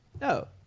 No